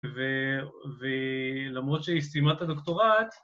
‫ולמרות שהיא סיימה את הדוקטורט,